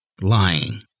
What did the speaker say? lying